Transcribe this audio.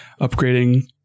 upgrading